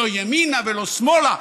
לא ימינה ולא שמאלה,